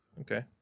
Okay